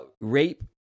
rape